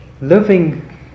living